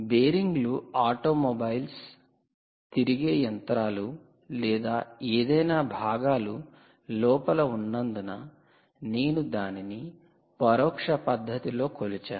బేరింగ్లు automobiles తిరిగే యంత్రాలు లేదా ఏదైనా భాగాలు లోపల ఉన్నందున నేను దానిని పరోక్ష పద్ధతిలో కొలిచాను